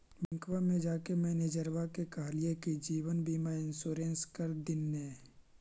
बैंकवा मे जाके मैनेजरवा के कहलिऐ कि जिवनबिमा इंश्योरेंस कर दिन ने?